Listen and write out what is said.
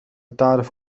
تعرف